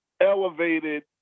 elevated